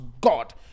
God